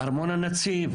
ארמון הנציב.